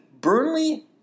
Burnley